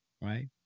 right